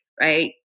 right